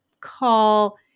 call